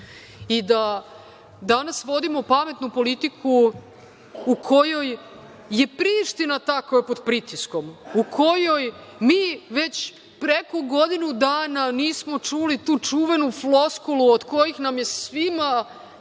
i da danas vodimo pametnu politiku u kojoj je Priština ta koja je pod pritiskom, u kojoj mi već preko godinu dana nismo čuli tu čuvenu floskulu od koje nam je bila